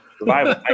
Revival